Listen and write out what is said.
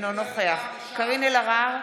אינו נוכח קארין אלהרר,